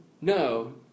No